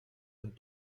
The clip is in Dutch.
hun